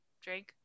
drink